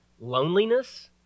loneliness